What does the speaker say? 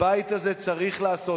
הבית הזה צריך לעשות,